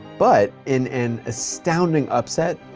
but in an astounding upset,